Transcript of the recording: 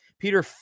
Peter